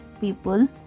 people